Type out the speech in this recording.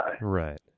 Right